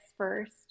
first